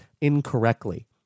incorrectly